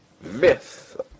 myth